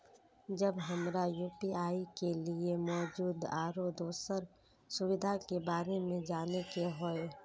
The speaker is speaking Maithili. जब हमरा यू.पी.आई के लिये मौजूद आरो दोसर सुविधा के बारे में जाने के होय?